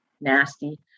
nasty